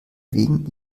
wegen